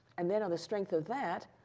and then on the strength of that,